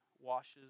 washes